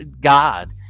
God